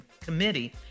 Committee